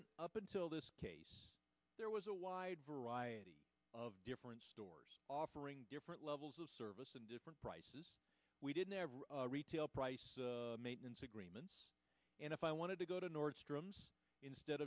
mean up until this case there was a wide variety of different stores offering different levels of service and different prices we didn't ever retail price maintenance agreements and if i wanted to go to nordstrom's instead